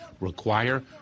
require